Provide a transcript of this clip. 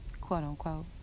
quote-unquote